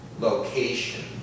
location